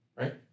right